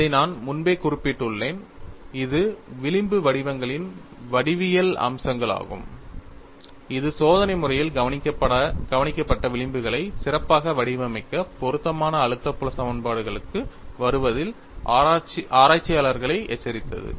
இதை நான் முன்பே குறிப்பிட்டுள்ளேன் இது விளிம்பு வடிவங்களின் வடிவியல் அம்சங்களாகும் இது சோதனை முறையில் கவனிக்கப்பட்ட விளிம்புகளை சிறப்பாக வடிவமைக்க பொருத்தமான அழுத்த புல சமன்பாடுகளுக்கு வருவதில் ஆராய்ச்சியாளர்களை எச்சரித்தது